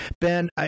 Ben